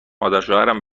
مادرشوهرم